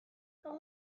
rue